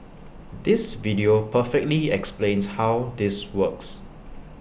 this video perfectly explains how this works